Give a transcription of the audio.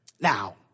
Now